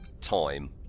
time